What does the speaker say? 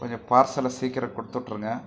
கொஞ்சம் பார்சலை சீக்கிரோம் கொடுத்துட்ருங்க